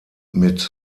mit